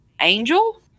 Angel